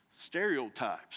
Stereotypes